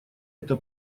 это